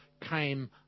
came